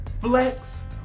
flex